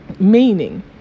Meaning